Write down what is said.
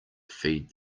feed